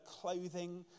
clothing